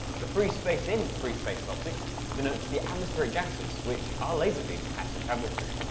the free space in free space optics denotes the atmospheric gases which our laser beam has to travel through.